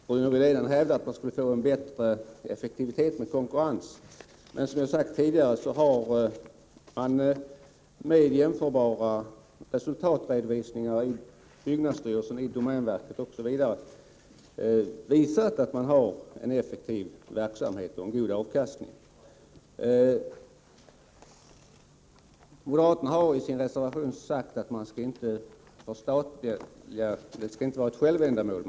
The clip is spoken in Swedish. Herr talman! Rune Rydén hävdar att man skulle få en bättre effektivitet genom konkurrens. Som jag sagt tidigare har man dock med jämförbara resultatredovisningar i byggnadsstyrelsen, i domänverket osv. klarlagt att man har en effektiv verksamhet och en god avkastning. Moderaterna har i sin reservation framhållit att man inte skall förstatliga för förstatligandets egen skull.